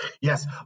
Yes